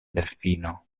delfino